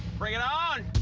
bring it on.